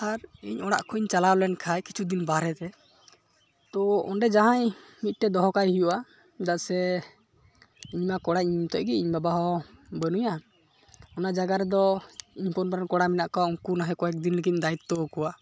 ᱟᱨ ᱤᱧ ᱚᱲᱟᱜ ᱠᱷᱚᱡᱤᱧ ᱪᱟᱞᱟᱣᱞᱮᱱ ᱠᱷᱟᱡ ᱠᱤᱪᱷᱩᱫᱤᱱ ᱵᱟᱨᱦᱮᱛᱮ ᱛᱳ ᱚᱸᱰᱮ ᱡᱟᱦᱟᱸ ᱢᱤᱫᱴᱮᱡ ᱫᱚᱦᱚᱠᱟᱭ ᱦᱩᱭᱩᱜᱼᱟ ᱪᱮᱫᱟᱜ ᱥᱮ ᱤᱧᱢᱟ ᱠᱚᱲᱟᱧ ᱤᱧ ᱢᱚᱛᱚᱡᱜᱮ ᱤᱧ ᱵᱟᱵᱟᱦᱚᱸ ᱵᱟᱹᱱᱩᱭᱟ ᱚᱱᱟ ᱡᱟᱜᱟ ᱨᱮᱫᱚ ᱤᱧ ᱦᱚᱯᱚᱱᱵᱟ ᱨᱮᱱ ᱠᱚᱲᱟ ᱢᱮᱱᱟᱜ ᱠᱚᱣᱟ ᱩᱱᱠᱚ ᱱᱟᱦᱚᱭ ᱠᱚᱭᱮᱠᱫᱤᱱ ᱞᱟᱹᱜᱤᱫ ᱫᱟᱭᱤᱛᱛᱚᱣ ᱟᱠᱚᱣᱟ